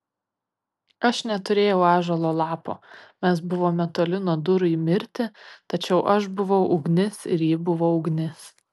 aš neturėjau ąžuolo lapo mes buvome toli nuo durų į mirtį tačiau aš buvau ugnis ir ji buvo ugnis